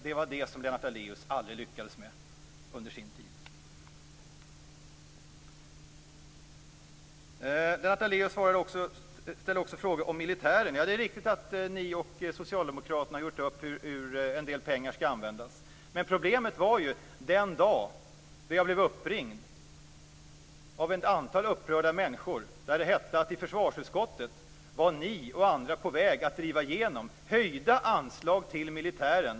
Det var det som Lennart Daléus aldrig lyckades med under sin tid. Lennart Daléus ställde också frågor om militären. Det är riktigt att Centern och Socialdemokraterna har gjort upp om hur pengarna skall användas. Problemet uppstod den dag jag blev uppringd av en mängd upprörda människor och det framkom att ni och andra i försvarsutskottet var på väg att driva igenom höjda anslag till militären.